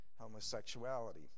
homosexuality